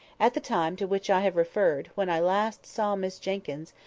at the time to which i have referred, when i last saw miss jenkyns,